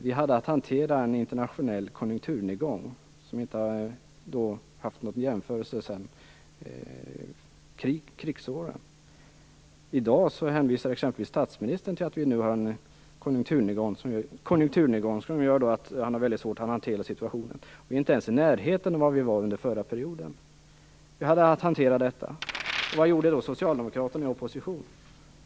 Vi hade att hantera en internationell konjunkturnedgång av ett slag som vi inte haft sedan krigsåren. I dag hänvisar exempelvis statsministern till att vi nu har en konjunkturnedgång som gör att han har väldigt svårt att hantera situationen, men den nuvarande konjunkturnedgången är inte ens i närheten av den under förra perioden. Vi hade att hantera detta - och vad gjorde då Socialdemokraterna i opposition?